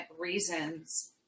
reasons